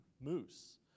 moose